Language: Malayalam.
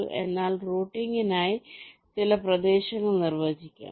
അതിനാൽ റൂട്ടിംഗിനായി ചില പ്രദേശങ്ങൾ നിർവചിക്കാം